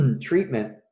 treatment